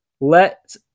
Let